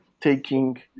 taking